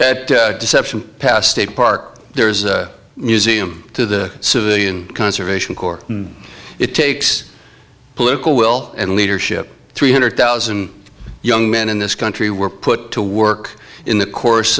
june deception pass state park there's a museum to the civilian conservation corps it takes political will and leadership three hundred thousand young men in this country were put to work in the course